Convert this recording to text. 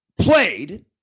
played